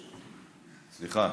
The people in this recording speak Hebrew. סליחה,